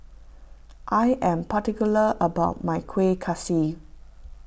I am particular about my Kueh Kaswi